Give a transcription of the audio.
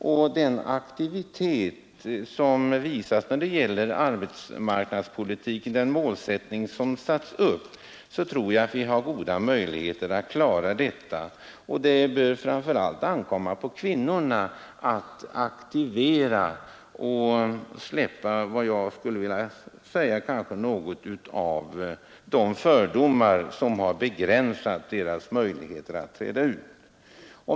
Genom den aktivitet som visats och den målsättning som satts upp från arbetsmarknadsmyndigheternas sida tror jag att vi har goda möjligheter att klara detta, och det bör framför allt ankomma på kvinnorna att aktivera sig och släppa något av de fördomar som kan ha begränsat deras möjligheter att träda ut i arbetslivet.